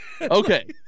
Okay